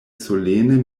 solene